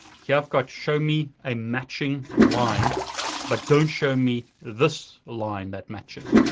here i've got show me a matching line but don't show me this line that matches.